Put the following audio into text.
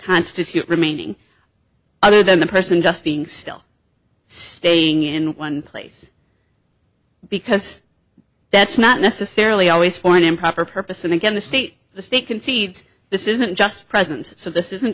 constitute remaining other than the person just being still staying in one place because that's not necessarily always for an improper purpose and again the state the state concedes this isn't just present so this isn't